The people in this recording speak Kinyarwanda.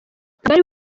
ntabwo